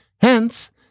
Hence